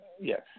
Yes